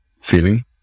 feeling